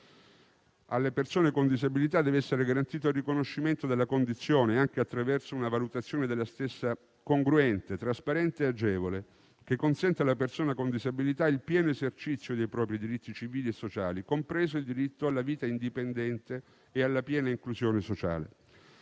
Alle persone con disabilità deve essere garantito il riconoscimento della condizione, anche attraverso una valutazione della stessa, congruente, trasparente e agevole, che consenta alla persona con disabilità il pieno esercizio dei propri diritti civili e sociali, compreso il diritto alla vita indipendente e alla piena inclusione sociale.